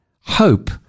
hope